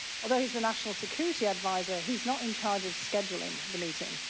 although he is a national security visor he is not in charge of scheduling the meeting,